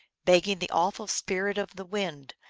begging the awful spirit of the wind,